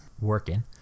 working